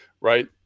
right